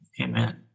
amen